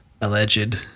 Alleged